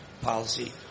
policy